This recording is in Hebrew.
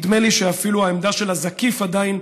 נדמה לי שאפילו העמדה של הזקיף עדיין